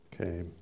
Okay